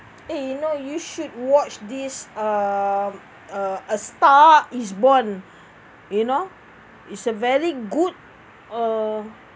you know you should watch this um uh a star is born you know is a very good um